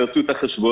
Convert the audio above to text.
תעשו את החשבון.